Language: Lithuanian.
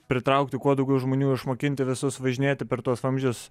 pritraukti kuo daugiau žmonių išmokinti visus važinėti per tuos vamzdžius